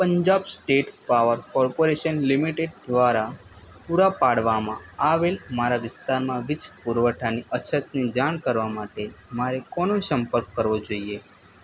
Punjab state power corporation limited દ્વારા પૂરા પાડવામાં આવેલ મારા વિસ્તારમાં વીજ પુરવઠાની અછતની જાણ કરવા માટે મારે કોનો સંપર્ક કરવો જોઈએ